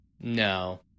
No